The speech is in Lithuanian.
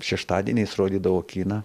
šeštadieniais rodydavo kiną